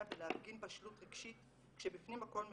ולהפגין בשלות רגשית כשבפנים הכול מרוסק,